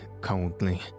coldly